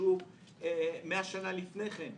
נרכשו מאה שנה לפני כן,